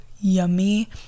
yummy